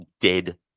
dead